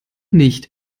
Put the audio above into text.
nicht